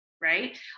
Right